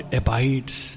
abides